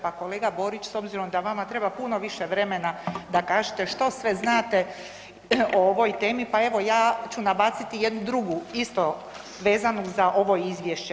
Pa kolega Borić s obzirom da vama treba puno više vremena da kažete što sve znate o ovoj temi, pa evo ja ću nabaciti jednu drugu isto vezanu za ovo izvješće.